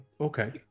Okay